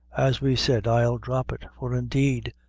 as we said, i'll drop it for indeed,